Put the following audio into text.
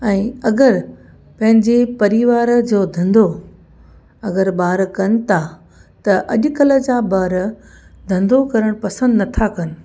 ऐं अगरि पंहिंजे परिवार जो धंधो अगरि ॿार कनि था त अॼकल्ह जा ॿार धंधो करणु पसंदि नथा कनि